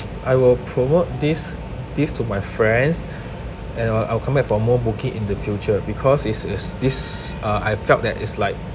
I will promote this this to my friends and I'll I'll come back for more booking in the future because is is this uh I felt that it's like